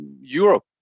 Europe